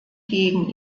gegen